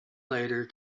later